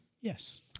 Yes